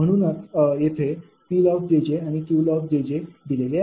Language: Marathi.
म्हणूनच येथे Ploss𝑗𝑗 आणि Qloss𝑗𝑗 दिलेले आहेत